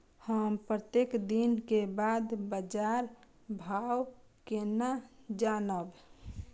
हम प्रत्येक दिन के बाद बाजार भाव केना जानब?